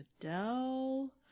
Adele